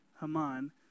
Haman